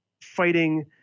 fighting